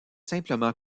simplement